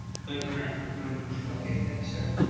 thank you very very much. okay, thank you sir.